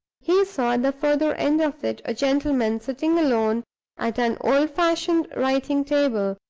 he saw, at the further end of it, a gentleman sitting alone at an old-fashioned writing-table,